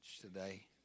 today